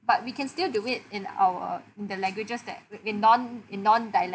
but we can still do it in our the languages that w~ in non in non dialect